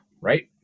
right